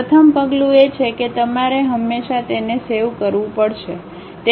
પ્રથમ પગલું એ છે કે તમારે હંમેશા તેને સેવ કરવું પડશે